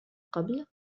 قبل